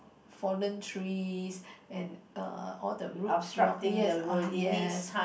fallen trees and err all the roadblock yes uh yes